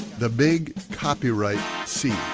the big copyright c.